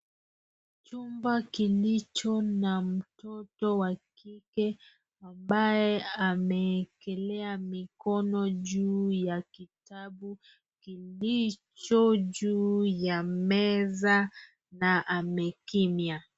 Chumba kilicho na mtoto wa kike ambaye ameekelea mikono juu ya kitabu kilicho juu ya meza na amekimya.